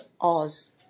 Oz